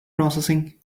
processing